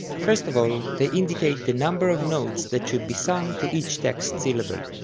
first of all, they indicate the number of notes that should be sung to each text syllable.